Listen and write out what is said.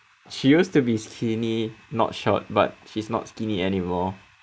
she used to be skinny not short but she's not skinny anymore